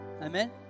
Amen